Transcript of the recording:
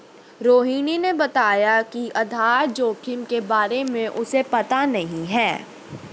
रोहिणी ने बताया कि आधार जोखिम के बारे में उसे पता नहीं है